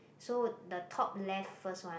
so the top left first one